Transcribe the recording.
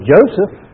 Joseph